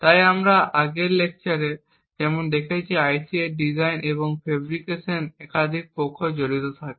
তাই আমরা আগের লেকচারে যেমন দেখেছি আইসি এর ডিজাইন এবং ফেব্রিকেশনে একাধিক পক্ষ জড়িত থাকে